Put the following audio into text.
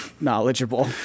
knowledgeable